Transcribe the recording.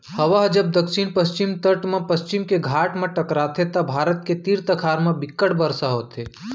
हवा ह जब दक्छिन पस्चिम तट म पस्चिम के घाट म टकराथे त भारत के तीर तखार म बिक्कट बरसा होथे